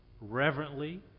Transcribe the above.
reverently